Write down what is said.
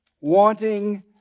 wanting